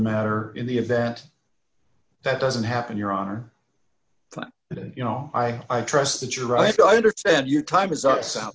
matter in the event that doesn't happen your honor and you know i trust that you're right i understand your time is our so